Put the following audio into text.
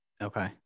okay